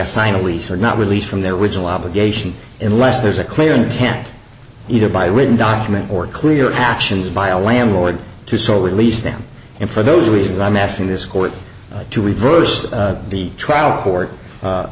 they sign a lease or not release from their original obligation unless there's a clear intent either by written document or clear actions by a landlord to sole released them and for those reasons i'm asking this court to reverse the trial court